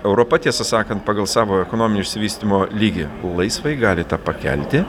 europa tiesą sakant pagal savo ekonominio išsivystymo lygį laisvai gali tą pakelti